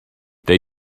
they